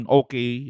okay